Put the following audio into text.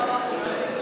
ההצעה להסיר את הנושא